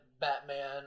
Batman